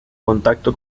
contacto